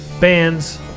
bands